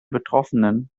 betroffenen